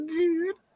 good